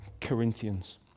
Corinthians